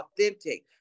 authentic